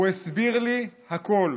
הוא הסביר לי הכול.